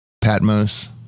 Patmos